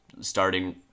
starting